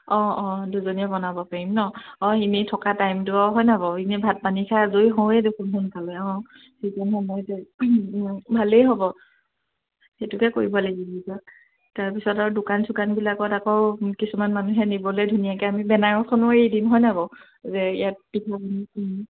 অঁ অঁ দুয়োজনীয়ে বনাব পাৰিম ন অঁ এনেই থকা টাইমটো হয় নহয় বাৰু এনেই ভাত পানী খাই আজৰি হওঁৱেই দুখোন সোনফালে অঁ সেইকণ সময়তে ভালেই হ'ব সেইটোকে কৰিব লাগিব তাৰ পিছত আৰু দোকান চুকানবিলাকত আকৌ কিছুমান মানুহে নিবলৈ ধুনীয়াকৈ আমি বেনাৰ এখনো আঁৰি দিম হয় নাই বাৰু যে ইয়াত